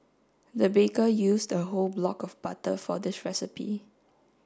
the baker used a whole block of butter for this recipe